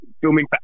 Filming